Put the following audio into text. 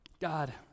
God